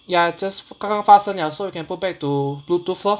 ya just 刚刚发生 liao so you can put back to bluetooth lor